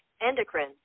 endocrine